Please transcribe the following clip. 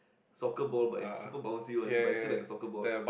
soccer ball but it's super bouncy one but it's still like a soccer ball